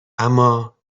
اما